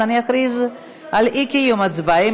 אז אני אכריז על אי-קיום הצבעה.